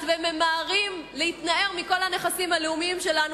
וממהרים להתנער מכל הנכסים הלאומיים שלנו,